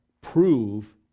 prove